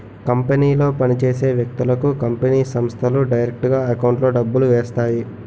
కంపెనీలో పని చేసే వ్యక్తులకు కంపెనీ సంస్థలు డైరెక్టుగా ఎకౌంట్లో డబ్బులు వేస్తాయి